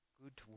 good